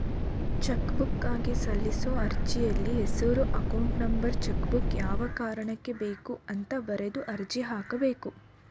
ಚೆಕ್ಬುಕ್ಗಾಗಿ ಸಲ್ಲಿಸೋ ಅರ್ಜಿಯಲ್ಲಿ ಹೆಸರು ಅಕೌಂಟ್ ನಂಬರ್ ಚೆಕ್ಬುಕ್ ಯಾವ ಕಾರಣಕ್ಕೆ ಬೇಕು ಅಂತ ಬರೆದು ಅರ್ಜಿ ಹಾಕಬೇಕು